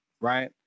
right